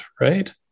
right